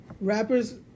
rappers